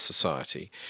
Society